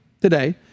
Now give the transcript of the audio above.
today